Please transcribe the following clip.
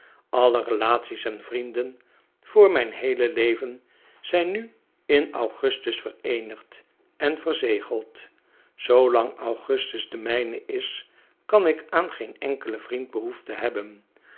alle relaties en vrienden voor mijn heele leven zijn nu in augustus vereenigd en verzegeld zoolang augustus de mijne is kan ik aan geen enkelen vriend behoefte hebben